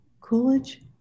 Coolidge